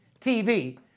TV